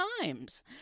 times